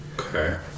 okay